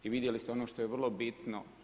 I vidjeli ste ono što je vrlo bitno.